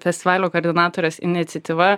festivalio koordinatorės iniciatyva